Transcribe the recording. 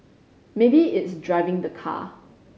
maybe it's driving the car